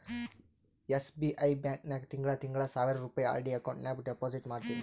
SBI bank ನಾಗ್ ತಿಂಗಳಾ ತಿಂಗಳಾ ಸಾವಿರ್ ರುಪಾಯಿ ಆರ್.ಡಿ ಅಕೌಂಟ್ ನಾಗ್ ಡೆಪೋಸಿಟ್ ಮಾಡ್ತೀನಿ